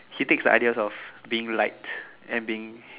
he takes the ideas of being liked and being